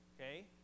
Okay